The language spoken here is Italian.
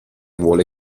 vuole